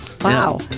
Wow